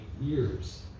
years